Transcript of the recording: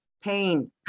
pain